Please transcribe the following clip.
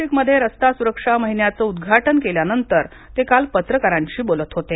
नाशिकमध्ये रस्ता सुरक्षा महिन्याचं उदघाटन केल्यानंतर ते काल पत्रकारांशी बोलत होते